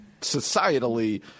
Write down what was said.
societally –